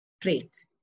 traits